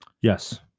Yes